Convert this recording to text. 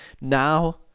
Now